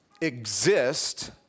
exist